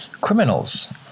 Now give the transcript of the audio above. criminals